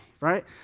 right